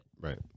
Right